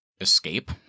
escape